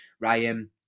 Ryan